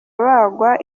abagwa